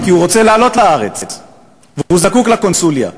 כי הוא רוצה לעלות לארץ והוא זקוק לקונסוליה?